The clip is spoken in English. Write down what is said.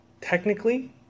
Technically